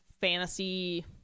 fantasy